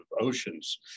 oceans